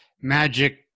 magic